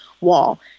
wall